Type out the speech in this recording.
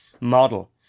model